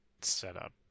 setup